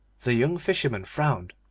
the young fisherman frowned,